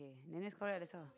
then that's correct also